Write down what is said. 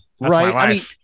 right